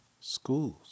schools